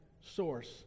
source